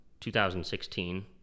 2016